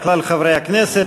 של כלל חברי הכנסת,